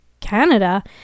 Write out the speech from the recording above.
Canada